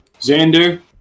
Xander